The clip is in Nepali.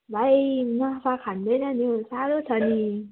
भाइ नाफा खाँदैन नि हौ साह्रो छ नि